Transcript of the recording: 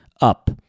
up